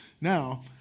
now